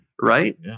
Right